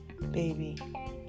baby